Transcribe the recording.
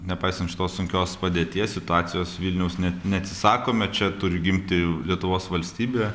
nepaisant šitos sunkios padėties situacijos vilniaus net neatsisakome čia turi gimti lietuvos valstybė